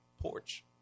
porch